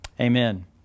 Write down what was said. Amen